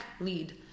lead